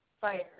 fire